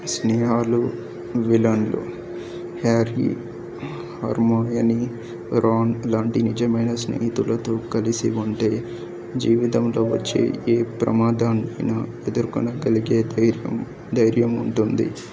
స్నేహలు విలన్లు హ్యారీ హార్మోనియని రాన్ ఇలాంటి నిజమైన స్నేహితులతో కలిసి ఉంటే జీవితంలో వచ్చే ఏ ప్రమాదాన్నిన ఎదుర్కొనగలిగే ధైర్యం ధైర్యం ఉంటుంది